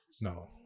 No